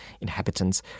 inhabitants